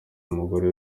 umugore